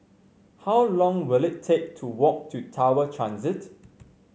how long will it take to walk to Tower Transit